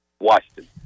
Washington